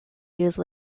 use